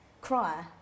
cry